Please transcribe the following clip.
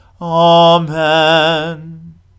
Amen